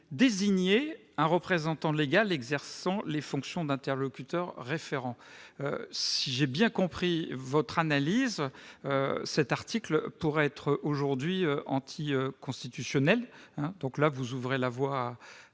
désignent un représentant légal exerçant les fonctions d'interlocuteur référent ». Si j'ai bien compris votre analyse, cet article pourrait aujourd'hui être anticonstitutionnel. Vous ouvrez la voie à